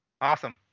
Awesome